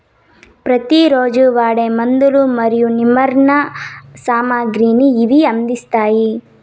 ప్రతి రోజు వాడే మందులు మరియు నిర్మాణ సామాగ్రిని ఇవి అందిస్తాయి